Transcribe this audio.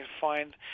find